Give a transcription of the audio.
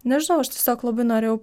nežinau aš tiesiog labai norėjau